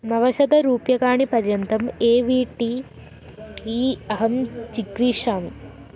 नवशतरूप्यकाणि पर्यन्तम् A V T T अहं चिक्रीषामि